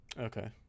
Okay